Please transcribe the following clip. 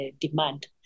demand